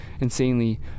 insanely